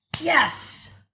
Yes